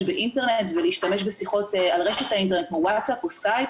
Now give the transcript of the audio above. באינטרנט ובשיחות על רשת האינטרנט כמו וואטסאפ או סקייפ